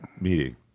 meeting